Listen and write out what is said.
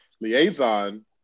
liaison